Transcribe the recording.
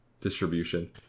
distribution